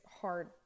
hard